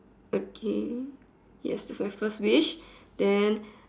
okay yes this is my first wish then